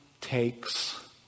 takes